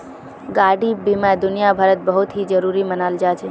गाडी बीमा दुनियाभरत बहुत ही जरूरी मनाल जा छे